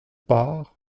par